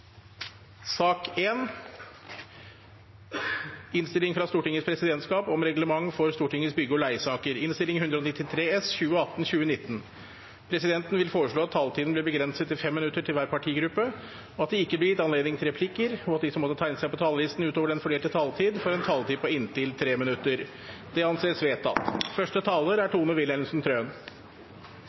sak nr. 1. Presidenten vil foreslå at taletiden blir begrenset til 5 minutter til hver partigruppe. Videre vil presidenten foreslå at det ikke blir gitt anledning til replikker, og at de som måtte tegne seg på talerlisten utover den fordelte taletid, får en taletid på inntil 3 minutter. – Det anses vedtatt.